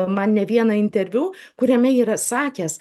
man ne vieną interviu kuriame yra sakęs